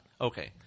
Okay